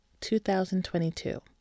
2022